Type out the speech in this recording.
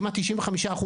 כמעט 95%,